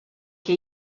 che